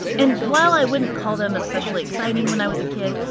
and while i wouldn't call them especially exciting when i was a kid,